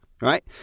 right